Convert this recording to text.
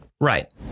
Right